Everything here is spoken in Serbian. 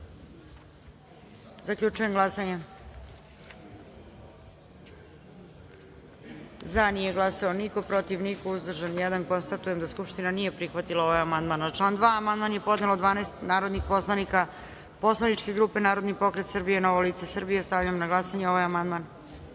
amandman. Zaključujem glasanje: za – niko, protiv – niko, uzdržan – jedan. Konstatujem da Skupština nije prihvatila ovaj amandman. Na član 2. amandman je podnelo 12 narodnih poslanika poslaničke grupe Narodni pokret Srbije – Novo lice Srbije. Stavljam na glasanje ovaj